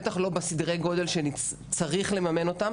בטח שלא בסדרי הגודל שצריך לממן אותם,